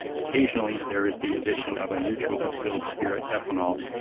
occasionally there is the addition of a neutral distilled spirit, ethanol,